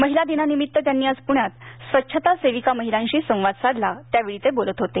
महिला दिनानिमित्त त्यांनी आज पुण्यात स्वच्छता सेविका महिलांशी संवाद साधला त्यावेळी ते बोलत होते